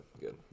Good